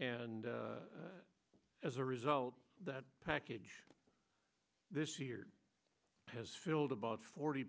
and as a result that package this year has filled about forty